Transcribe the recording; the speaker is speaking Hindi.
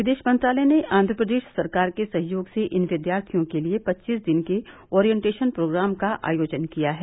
विदेश मंत्रालय ने आंध्र प्रदेश सरकार के सहयोग से इन विद्यार्थियों के लिए पच्चीस दिन के ओरिएंटेशन प्रोग्राम का आयोजन किया है